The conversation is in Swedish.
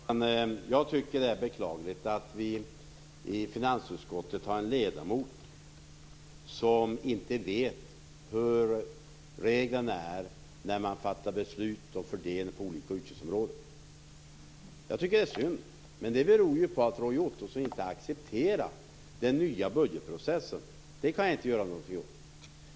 Fru talman! Jag tycker att det är beklagligt att vi i finansutskottet har en ledamot som inte vet hur reglerna är när man fattar beslut om fördelning på olika utgiftsområden. Jag tycker att det är synd. Det beror på att Roy Ottosson inte accepterar den nya budgetprocessen. Det kan inte vi göra någonting åt.